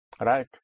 Right